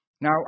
Now